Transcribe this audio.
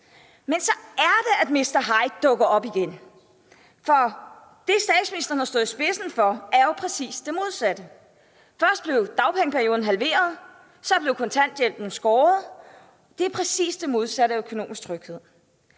Men så er det, at Mr. Hyde dukker op igen. For det, statsministeren har stået i spidsen for, er jo præcis det modsatte. Først blev dagpengeperioden halveret, så blev kontanthjælpen skåret. Det er præcis det modsatte af økonomisk tryghed.